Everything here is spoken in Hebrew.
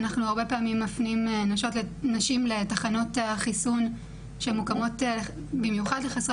אנחנו הרבה פעמים מפנים נשים לתחנות החיסון שמוקמות במיוחד לחסרי